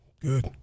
Good